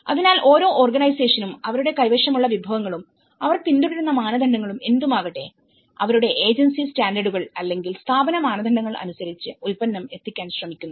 അതിനാൽ ഓരോ ഓർഗനൈസേഷനുംഅവരുടെ കൈവശമുള്ള വിഭവങ്ങളുംഅവർ പിന്തുടരുന്ന മാനദണ്ഡങ്ങളും എന്തുമാകട്ടെ അവരുടെ ഏജൻസി സ്റ്റാൻഡേർഡുകൾ അല്ലെങ്കിൽ സ്ഥാപന മാനദണ്ഡങ്ങൾ അനുസരിച്ചു ഉൽപ്പന്നം എത്തിക്കാൻ ശ്രമിക്കുന്നു